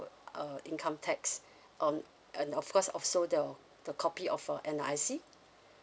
uh income tax on and of course also the the copy of a N_R_I_C